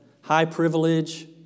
high-privilege